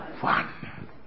One